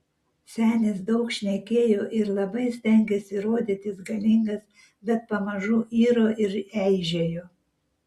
senis daug šnekėjo ir labai stengėsi rodytis galingas bet pamažu iro ir eižėjo